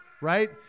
right